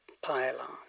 pylon